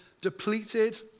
depleted